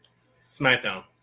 SmackDown